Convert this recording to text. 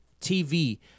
TV